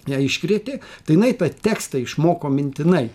ją iškrėtė tai jinai tą tekstą išmoko mintinai